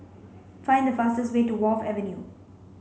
find the fastest way to Wharf Avenue